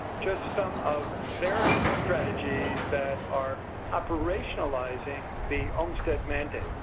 just some of their strategies that are operationalizing the olmstead mandate.